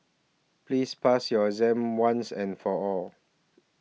please pass your exam once and for all